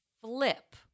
flip